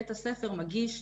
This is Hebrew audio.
בית הספר מגיש,